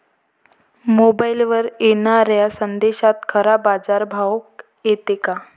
मोबाईलवर येनाऱ्या संदेशात खरा बाजारभाव येते का?